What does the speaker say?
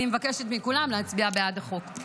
אני מבקשת מכולם להצביע בעד החוק.